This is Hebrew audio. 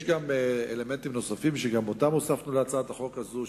יש עוד אלמנטים שגם אותם הוספנו להצעת החוק הזאת,